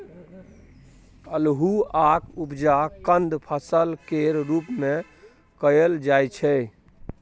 अल्हुआक उपजा कंद फसल केर रूप मे कएल जाइ छै